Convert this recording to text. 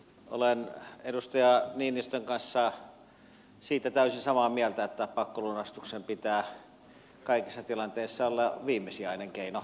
olen edustaja niinistön kanssa täysin samaa mieltä siitä että pakkolunastuksen pitää kaikissa tilanteissa olla viimesijainen keino